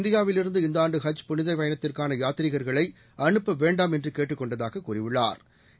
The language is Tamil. இந்தியாவிலிருந்து இந்த ஆண்டு ஹஜ் புனித பயணத்திற்கான யாத்திரிகா்களை அனுப்ப வேண்டாம் என்று கேட்டுக் கொண்டதாக கூறியுள்ளாா்